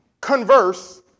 converse